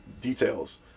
details